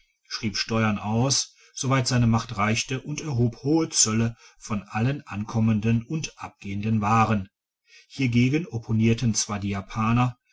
schrieb steuern aus soweit seine macht reichte und erhob hohe zölle von allen ankommenden uad abgehenden waren hiergegen opponierten zwar die japaner